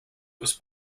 was